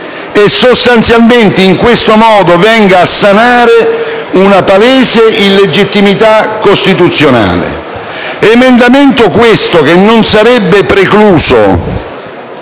e sostanzialmente in questo modo venga a sanare una palese illegittimità costituzionale. Questo emendamento non sarebbe precluso